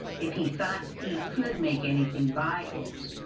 if he thought he could make anything by it,